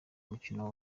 umukino